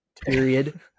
period